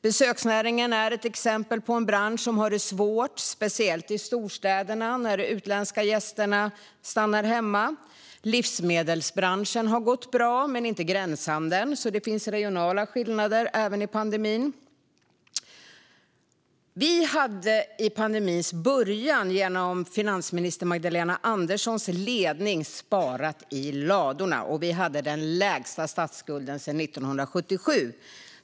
Besöksnäringen är ett exempel på en bransch som har det svårt, speciellt i storstäderna, när utländska gäster stannar hemma. Livsmedelsbranschen har gått bra, men inte gränshandeln. Det finns alltså regionala skillnader även under pandemin. Vi hade vid pandemins början läget att vi genom finansminister Magdalena Anderssons ledning sparat i ladorna, och vi hade den lägsta statsskulden sedan 1977.